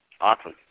Awesome